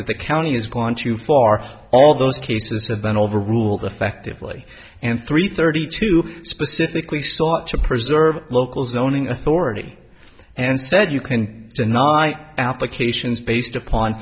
that the county has gone too far all those cases have been overruled effectively and three thirty two specifically sought to preserve local zoning authority and said you can deny applications based upon